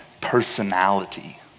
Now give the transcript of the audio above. personality